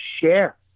share